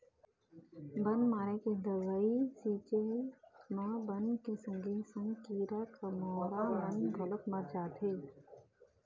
बन मारे के दवई छिंचे म बन के संगे संग कीरा कमोरा मन घलोक मर जाथें